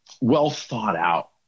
well-thought-out